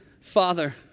Father